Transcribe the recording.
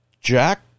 Jack